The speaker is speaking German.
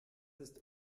ist